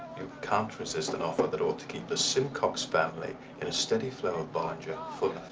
can't resist an offer that ought to keep the simcox family in a steady flow of barger full.